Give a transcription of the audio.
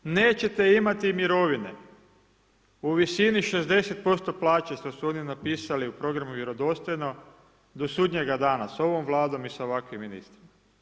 Nećete imati mirovine u visini 60% plaće što su oni napisali u programu vjerodostojno do sudnjega dana s ovom Vladom i sa ovakvim ministrima.